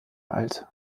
alt